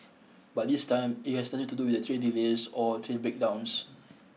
but this time it has nothing to do with train delays or train breakdowns